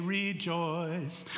rejoice